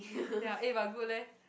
ya eh but good leh